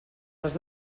les